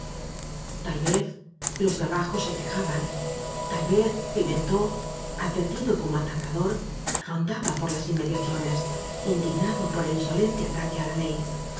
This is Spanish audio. tal vez los de abajo se quejaban tal vezpimentó advertido como atandador rondaba por las inmediaciones indignado por el inso lente ataque á la ley